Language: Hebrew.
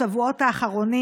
בשבועות האחרונים.